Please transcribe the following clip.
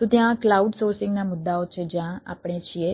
તો ત્યાં cloud sourcing એક મહત્વપૂર્ણ